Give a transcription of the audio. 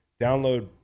Download